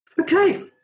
Okay